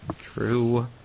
True